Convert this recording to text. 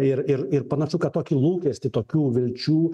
ir ir ir panašu kad tokį lūkestį tokių vilčių